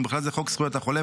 ובכלל זה חוק זכויות החולה,